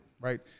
right